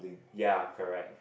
ya correct